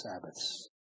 sabbaths